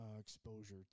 exposure